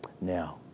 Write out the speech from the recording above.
Now